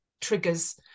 triggers